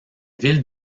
ville